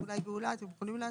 אולי, גאולה, אתם יכולים להסביר?